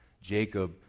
Jacob